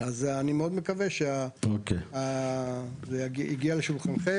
אז אני מאוד מקווה שזה הגיעה לשולחנכם